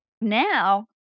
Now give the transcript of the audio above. Now